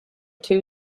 two